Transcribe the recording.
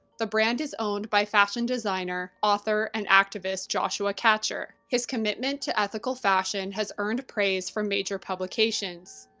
the brand is owned by fashion designer, author, and activist joshua katcher. his commitment to ethical fashion has earned praise from major publications,